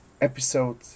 episode